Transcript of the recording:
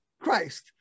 Christ